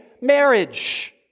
marriage